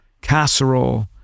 casserole